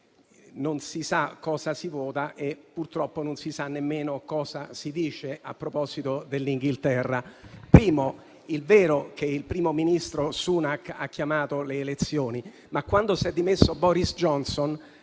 non si sa cosa si vota e, purtroppo, non si sa nemmeno cosa si dice a proposito dell'Inghilterra. È vero che il primo ministro Sunak ha chiamato le elezioni, ma quando si è dimesso Boris Johnson,